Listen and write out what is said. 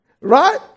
Right